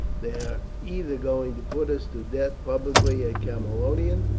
they are either going to put us to death publicly at camalodunum,